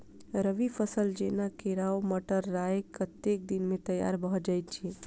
रबी फसल जेना केराव, मटर, राय कतेक दिन मे तैयार भँ जाइत अछि?